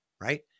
Right